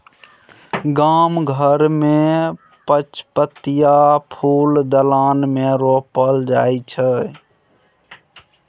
गाम घर मे पचपतिया फुल दलान मे रोपल जाइ छै